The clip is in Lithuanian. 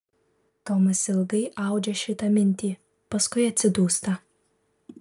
tomas ilgai audžia šitą mintį paskui atsidūsta